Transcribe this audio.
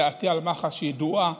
דעתי על מח"ש ידועה,